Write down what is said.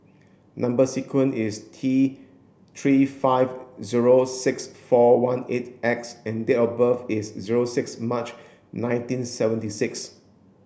number sequence is T three five zero six four one eight X and date of birth is zero six March nineteen seventy six